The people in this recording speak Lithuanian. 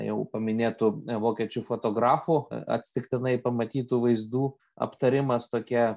jau paminėtų vokiečių fotografų atsitiktinai pamatytų vaizdų aptarimas tokia